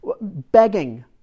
begging